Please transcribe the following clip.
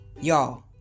Y'all